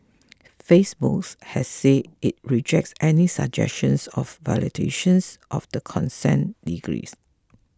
Facebook has say it rejects any suggestions of violations of the consent decree